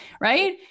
right